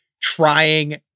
trying